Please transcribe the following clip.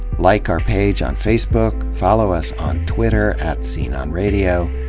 like our page on facebook, follow us on twitter, at sceneonradio.